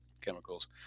chemicals